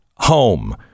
home